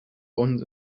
bonds